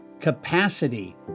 capacity